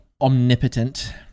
Omnipotent